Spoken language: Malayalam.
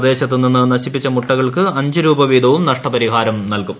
പ്രദേശത്ത് നിന്ന് നശിപ്പിച്ച മുട്ടകൾക്ക് അഞ്ച് രൂപ വീതവും നഷ്ടപരിഹാരം നൽകും